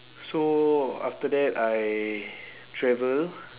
so after that I travel